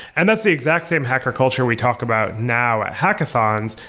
and that's the exact same hacker culture we talk about now at hackathons.